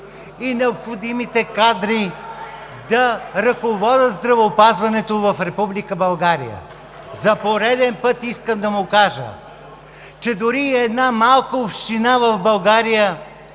и необходимите кадри да ръководят здравеопазването в Република България, за пореден път искам да му кажа, че дори и една малка община в България